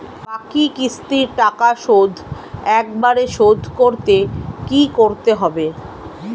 বাকি কিস্তির টাকা শোধ একবারে শোধ করতে কি করতে হবে?